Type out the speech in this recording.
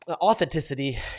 authenticity